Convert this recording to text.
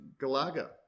galaga